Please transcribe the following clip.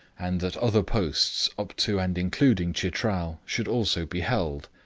and that other posts up to, and including, chitral, should also be held,